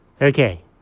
Okay